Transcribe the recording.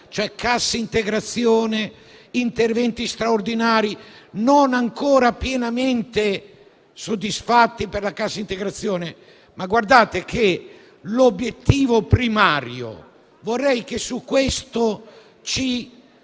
cassa integrazione e agli interventi straordinari (non ancora pienamente soddisfatti per la cassa integrazione). Guardate che l'obiettivo primario - vorrei che su questo